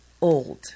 old